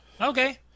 okay